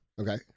Okay